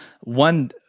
one